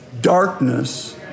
Darkness